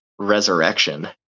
resurrection